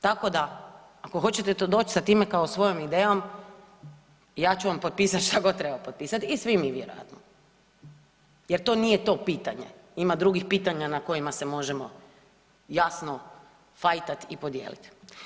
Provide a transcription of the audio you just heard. Tako da ako to hoćete doći sa time kao svojom idejom ja ću vam potpisati šta god treba potpisati i svi mi vjerojatno, jer to nije to pitanje ima drugih pitanja na kojima se možemo jasno fajtat i podijelit.